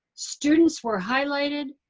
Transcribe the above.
students were highlighted.